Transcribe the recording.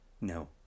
No